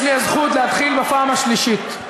יש לי הזכות להתחיל בפעם השלישית.